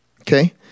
okay